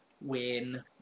Win